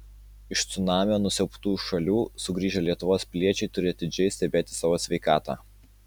iš cunamio nusiaubtų šalių sugrįžę lietuvos piliečiai turi atidžiai stebėti savo sveikatą